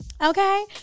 Okay